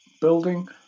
Building